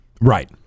right